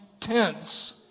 tents